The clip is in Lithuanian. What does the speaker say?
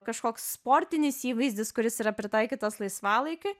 kažkoks sportinis įvaizdis kuris yra pritaikytas laisvalaikiui